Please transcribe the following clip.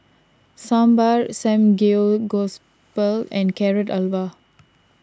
Sambar Samgegospal and Carrot Halwa